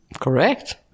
Correct